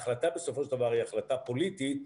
ההחלטה בסופו של דבר היא החלטה פוליטית,